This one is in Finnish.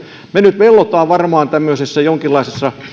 me nyt vellomme varmaan tämmöisessä jonkinlaisessa